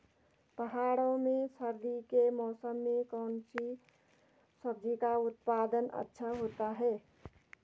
पहाड़ों में सर्दी के मौसम में कौन सी सब्जी का उत्पादन अच्छा होता है?